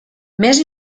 més